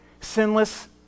sinless